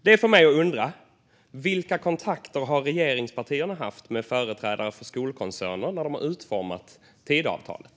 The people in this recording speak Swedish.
Detta får mig att undra: Vilka kontakter har regeringspartierna haft med företrädare för skolkoncerner när de har utformat Tidöavtalet?